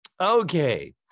okay